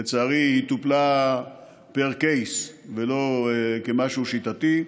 לצערי, היא טופלה per case, ולא כמשהו שיטתי.